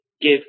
give